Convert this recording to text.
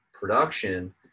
production